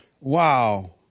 Wow